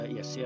Yes